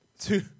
Two